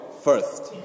First